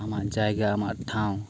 ᱟᱢᱟᱜ ᱡᱟᱭᱜᱟ ᱟᱢᱟᱜ ᱴᱷᱟᱶ